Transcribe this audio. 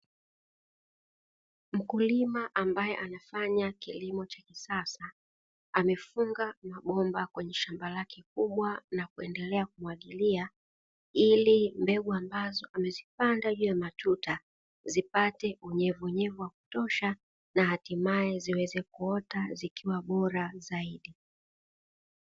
Mkulima ambaye anafanya kilimo cha kisasa amefunga mabomba kwenye shamba lake kubwa na kuendelea kumwagilia, ili mbegu ambazo amezipanda juu ya matuta zipate unyevunyevu wa kutosha na hatimaye ziweze kuota na kuwa bora zaidi.